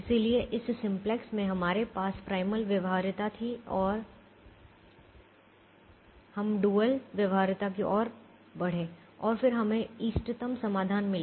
इसलिए इस सिम्प्लेक्स में हमारे पास प्राइमल व्यवहार्यता थी और हम डुअल व्यवहार्यता की ओर बढ़े और फिर हमें इष्टतम समाधान मिला